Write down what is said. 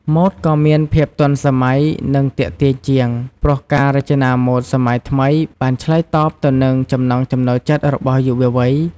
ម៉ូដក៏មានភាពទាន់សម័យ និងទាក់ទាញជាង ព្រោះការរចនាម៉ូដសម័យថ្មីបានឆ្លើយតបទៅនឹងចំណង់ចំណូលចិត្តរបស់យុវវ័យ។